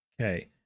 Okay